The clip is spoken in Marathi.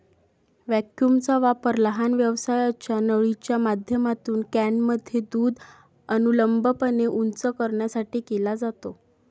व्हॅक्यूमचा वापर लहान व्यासाच्या नळीच्या माध्यमातून कॅनमध्ये दूध अनुलंबपणे उंच करण्यासाठी केला जातो